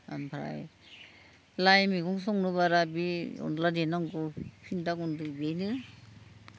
ओमफ्राय लाइ मैगं संनोबा आरो बे अनद्ला देनांगौ फिथा गुन्दै बेनो